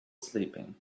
sleeping